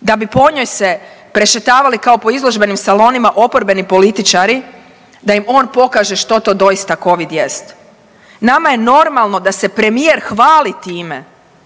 da bi po njoj se prešetavali kao po izložbenim salonima oporbenim političari da im on pokaže što to doista COVID jest. Nama je normalno da se premijer hvali time